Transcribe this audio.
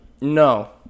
no